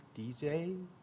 DJ